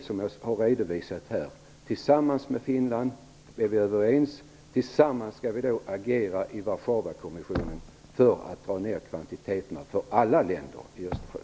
Det är att tillsammans med Finland - vi är överens med de finska myndigheterna - agera i Warszawakommissionen för att minska kvantiteterna för alla länder runt Östersjön.